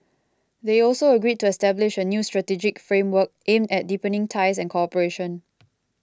they also agreed to establish a new strategic framework aimed at deepening ties and cooperation